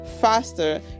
faster